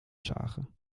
zagen